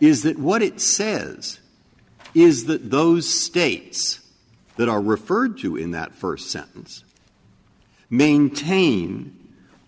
that what it says is that those states that are referred to in that first sentence maintain